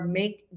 make